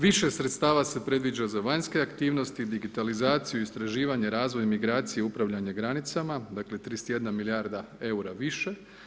Više sredstava se predviđa za vanjske aktivnosti, digitalizaciju, istraživanje, razvoj, migraciju, upravljanje granicama, dakle, 31 milijarda EUR-a više.